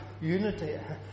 unity